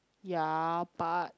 ya but